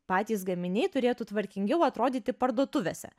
patys gaminiai turėtų tvarkingiau atrodyti parduotuvėse